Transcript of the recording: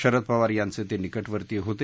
शरद पवार यांचे ते निकटवर्तीय होते